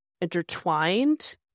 intertwined